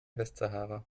westsahara